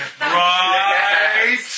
Right